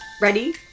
Ready